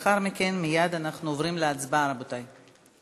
ומייד לאחר מכן אנחנו עוברים להצבעה, רבותי.